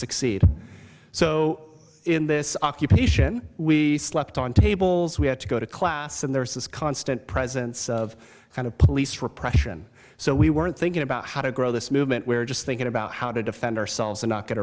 succeed so in this occupation we slept on tables we have to go to class and there is this constant presence of kind of police repression so we weren't thinking about how to grow this movement we're just thinking about how to defend ourselves and not get